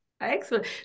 Excellent